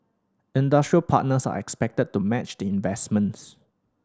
industry partners are expected to match the investments